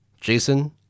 Jason